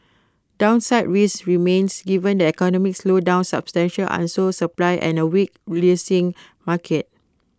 downside risks remain given the economic slowdown substantial unsold supply and A weak leasing market